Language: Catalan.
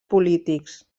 polítics